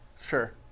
Sure